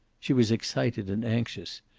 she was excited and anxious,